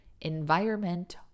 environment